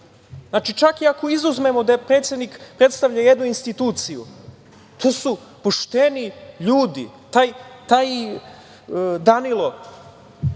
porodici? Čak i ako izuzmemo da predsednik predstavlja jednu instituciju, to su pošteni ljudi. Taj Danilo,